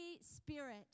spirit